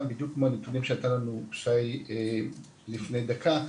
בדיוק כמו הנתונים שנתן לנו שי לפני דקה,